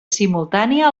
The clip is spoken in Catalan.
simultània